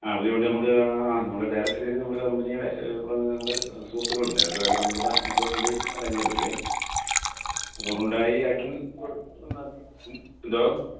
ആ പുതിയ വണ്ടി നമുക്ക് നമ്മൾ ഡയറക്റ്റ് സെയിൽ നമ്മൾ കമ്പനിയുടെ നമ്മൾ സുഹൃത്തുക്കൾ ഉണ്ട് അവരുമായിട്ട് ബന്ധപ്പെട്ട നമുക്ക് വണ്ടി സൈൻ ചെയ്യാൻ പറ്റുമേ അപ്പോൾ ഹുണ്ടായ് ഐ ടെൻ കോഴ എന്തോ